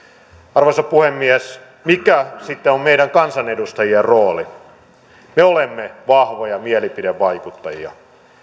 arvoisa puhemies mikä sitten on meidän kansanedustajien rooli me olemme vahvoja mielipidevaikuttajia